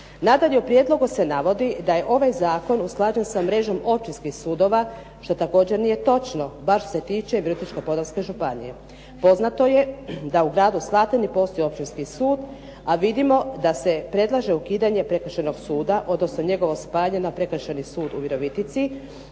Nadalje, u prijedlogu se navodi da je ovaj zakon usklađen sa mrežom općinskih sudova što također nije točno, baš se tiče Virovitičko-podravske županije. Poznato je da u gradu Slatini postoji Općinski sud, a vidimo da se predlaže ukidanje prekršajnog suda, odnosno njegovo spajanje na Prekršajni sud u Virovitici,